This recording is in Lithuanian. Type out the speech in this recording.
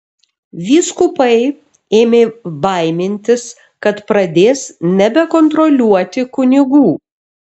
vyskupai ėmė baimintis kad pradės nebekontroliuoti kunigų